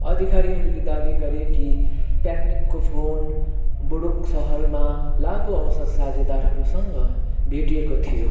अधिकारीहरूले दाबी गरे कि प्याट्निकको फोन वुरूक सहरमा लागु औषध साझेदारहरूसँग भेटिएको थियो